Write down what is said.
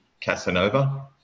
Casanova